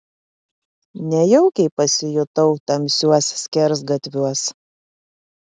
nejaukiai pasijutau tamsiuos skersgatviuos